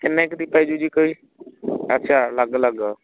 ਕਿੰਨੇ ਕੁ ਦੀ ਪੈ ਜੂ ਜੀ ਕੋਈ ਅੱਛਾ ਅਲੱਗ ਅਲੱਗ